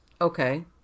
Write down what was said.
Okay